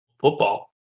football